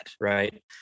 right